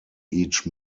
each